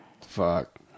Fuck